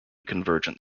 convergent